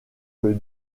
que